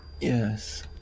Yes